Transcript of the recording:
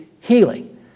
healing